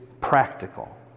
practical